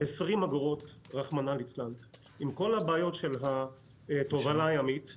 לים לא יקומו תקנות 2022 ו-2023 ויבטלו את התכנון ואני